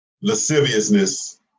lasciviousness